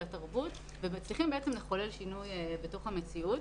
התרבות ומצליחים בעצם לחולל שינוי בתוך המציאות,